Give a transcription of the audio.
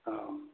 ହଁ ହଉ